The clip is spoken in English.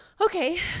Okay